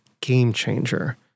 game-changer